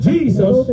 Jesus